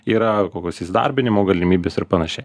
yra kokios įsidarbinimo galimybės ir panašiai